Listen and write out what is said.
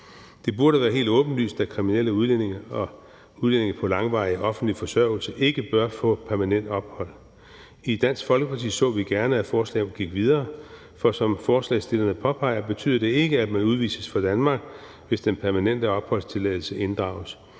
Det burde være helt åbenlyst, at kriminelle udlændinge og udlændinge på langvarig offentlig forsørgelse ikke bør få permanent ophold. I Dansk Folkeparti så vi gerne, at forslaget gik videre, for som forslagsstillerne påpeger, betyder det ikke, at man udvises fra Danmark, hvis den permanente opholdstilladelse inddrages.